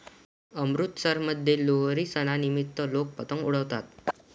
अमृतसरमध्ये लोहरी सणानिमित्त लोक पतंग उडवतात